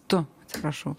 tu atsiprašau